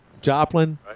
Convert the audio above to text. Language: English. Joplin